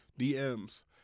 DMs